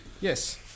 Yes